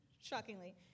shockingly